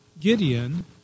Gideon